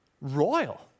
royal